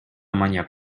маньяк